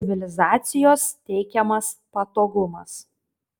civilizacijos teikiamas patogumas